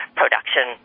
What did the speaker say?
production